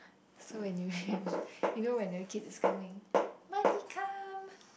so when you can you know when your kid is coming money come